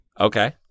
okay